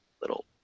little